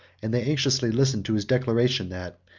and they anxiously listened to his declaration, that,